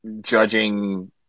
judging